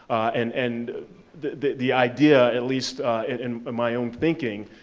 and and the the idea, at least in my own thinking,